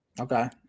Okay